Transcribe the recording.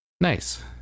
Nice